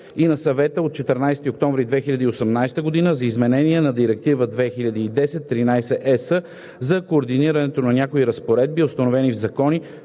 и на Съвета от 14 ноември 2018 г. за изменение на Директива 2010/13/ЕС за координирането на някои разпоредби, установени в закони,